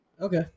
Okay